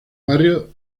barrio